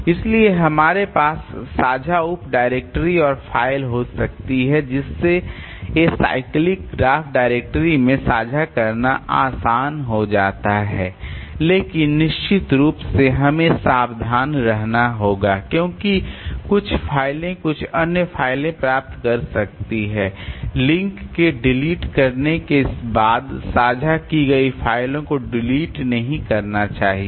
इसलिए हमारे पास साझा उप डायरेक्टरी और फ़ाइल हो सकती हैं जिससे एसाइक्लिक ग्राफ डायरेक्टरी में साझा करना आसान हो जाता है लेकिन निश्चित रूप से हमें सावधान रहना होगा क्योंकि कुछ फाइलें कुछ अन्य फाइलें प्राप्त कर सकती हैं लिंक के डिलीट करने के बाद साझा की गई फ़ाइल को डिलीट नहीं करना चाहिए